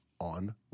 on